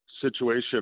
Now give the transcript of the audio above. situation